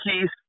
peace